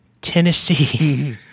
Tennessee